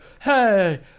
hey